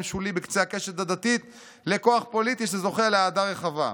שולי בקצה הקשת הדתית לכוח פוליטי שזוכה לאהדה רחבה.